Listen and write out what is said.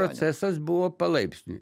procesas buvo palaipsniui